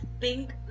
pink